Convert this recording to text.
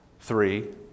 three